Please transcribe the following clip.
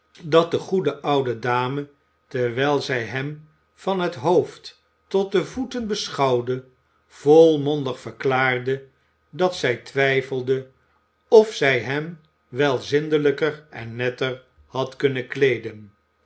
dat de goede oude dame terwijl zij hem van het hoofd tot de voeten beschouwde volmondig verklaarde dat zij twijfelde of zij hem wel zindelijker en netter had kunnen kleeden